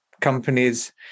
companies